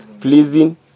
pleasing